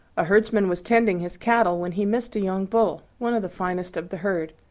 a herdsman was tending his cattle when he missed a young bull, one of the finest of the herd.